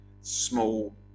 small